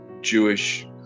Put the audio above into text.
Jewish